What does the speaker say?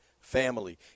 family